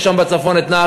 יש שם בצפון את נהרייה,